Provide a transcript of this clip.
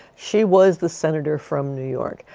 she was the senator from new york.